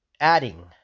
adding